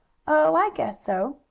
oh, i guess so,